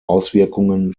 auswirkungen